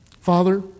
Father